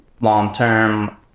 long-term